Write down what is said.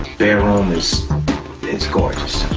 bedroom is gorgeous.